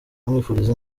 amwifuriza